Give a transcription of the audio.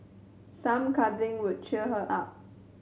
some cuddling would cheer her up